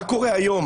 מה קורה היום?